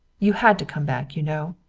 you had to come back, you know.